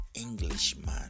Englishman